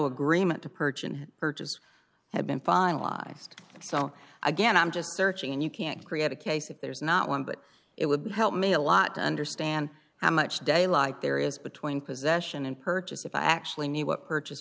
agreement to purchase purchase had been finalized so again i'm just searching and you can't create a case if there's not one but it would help me a lot to understand how much daylight there is between possession and purchase if i actually knew what purchase